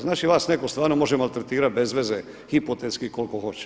Znači vas neko stvarno može maltretirati bez veze hipotetski koliko hoće.